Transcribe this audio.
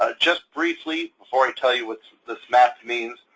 ah just briefly, before i tell you what this map means,